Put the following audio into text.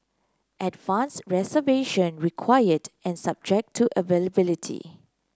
advanced reservation required and subject to availability